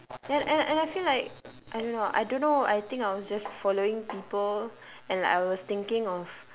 and and and I feel like I don't know I don't know I think I was just following people and like I was thinking of